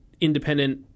independent